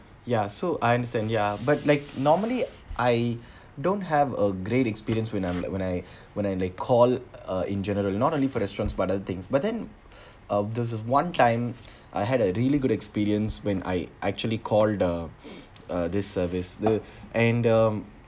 ya so I understand ya but like normally I don't have a great experience when I'm like when I when I like call uh in general not only for restaurants but other things but then uh there was one time I had a really good experience when I actually call the uh this service the and the